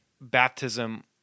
baptism